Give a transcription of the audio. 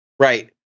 Right